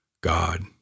God